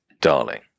darling